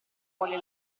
vuole